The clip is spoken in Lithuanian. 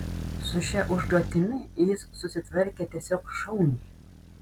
su šia užduotimi jis susitvarkė tiesiog šauniai